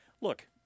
look